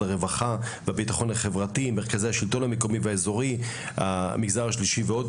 הרווחה והביטחון החברתי; מרכזי השלטון המקומי והאזורי; המגזר השלישי ועוד.